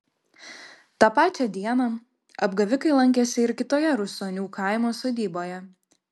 tą pačią dieną apgavikai lankėsi ir kitoje rusonių kaimo sodyboje